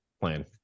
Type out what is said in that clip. plan